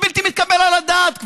מי שדיבר על הסתה זה אתם.